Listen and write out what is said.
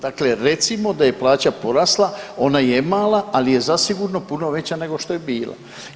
Dakle, recimo da je plaća porasla, ona je mala, ali je zasigurno puno veća nego što je bila.